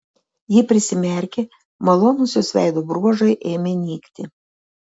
ji prisimerkė malonūs jos veido bruožai ėmė nykti